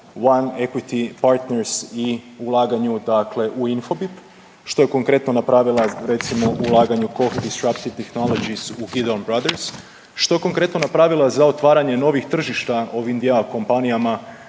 One Equity Partners i ulaganju dakle u Infobip, što je konkretno napravila recimo u ulaganju …/Govornik govori stranim jezikom./… što je konkretno napravila za otvaranje novih tržišta ovim dvjema kompanijama